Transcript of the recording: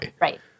Right